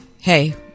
hey